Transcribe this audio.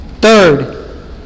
Third